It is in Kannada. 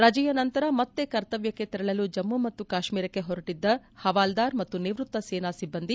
ರಜೆಯ ನಂತರ ಮತ್ತೆ ಕರ್ತವ್ಲಕ್ಷೆ ತೆರಳಲು ಜಮ್ಮು ಮತ್ತು ಕಾಶ್ಮೀರಕ್ಕೆ ಹೊರಟದ್ದ ಹವಾಲ್ವಾರ್ ಮತ್ತು ನಿವೃತ್ತ ಸೇನಾ ಸಿಬ್ಬಂದಿ